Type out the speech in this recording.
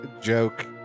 joke